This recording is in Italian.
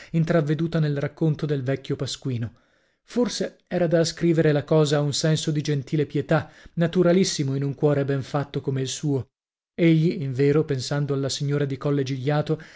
intravveduta nel racconto del vecchio pasquino forse era da ascrivere la cosa a un senso di gentile pietà naturalissimo in un cuore ben fatto come il suo egli invero pensando alla signora di colle gigliato